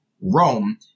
Rome